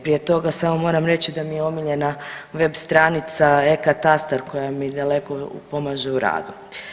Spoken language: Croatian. Prije toga samo moram reći da mi je omiljena web stranica e-katastar koja mi daleko pomaže u radu.